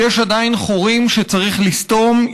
ויש עדיין חורים שצריך לסתום,